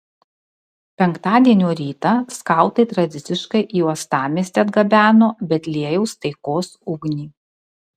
penktadienio rytą skautai tradiciškai į uostamiestį atgabeno betliejaus taikos ugnį